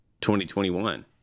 2021